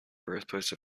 birthplace